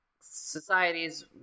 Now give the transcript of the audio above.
Societies